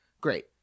Great